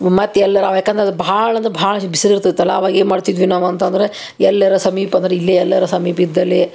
ಮತ್ತು ಎಲ್ಲ ನಾವು ಯಾಕಂದ್ರೆ ಅದು ಭಾಳ ಅಂದ್ರೆ ಭಾಳ ಬಿಸಿಲು ಇರ್ತಿತ್ತು ಅಲ್ಲ ಅವಾಗ ಏನು ಮಾಡ್ತಿದ್ವಿ ನಾವು ಅಂತಂದರೆ ಎಲ್ಲಾರು ಸಮೀಪ ಅಂದ್ರೆ ಇಲ್ಲೆ ಎಲ್ಲರ ಸಮೀಪ ಇದಲ್ಲಿ